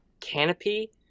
Canopy